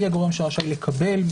מי הגורם שרשאי לקבל,